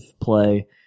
play